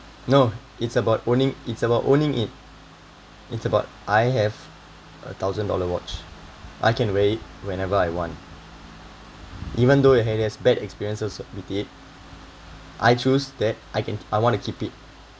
no it's about owning it's about owning it it's about I have a thousand dollar watch I can wear it whenever I want even though you had has bad experiences al~ with it I choose that I can I want to keep it